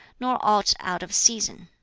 nor aught out of season.